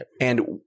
And-